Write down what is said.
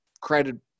created